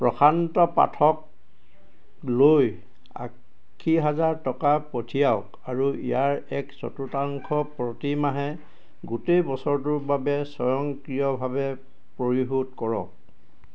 প্ৰশান্ত পাঠকলৈ আশী হাজাৰ টকা পঠিয়াওক আৰু ইয়াৰ এক চতুৰ্থাংশ প্ৰতিমাহে গোটেই বছৰটোৰ বাবে স্বয়ংক্ৰিয়ভাৱে পৰিশোধ কৰক